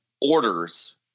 orders